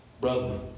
brother